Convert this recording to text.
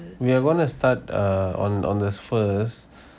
we're gonna start err on on the first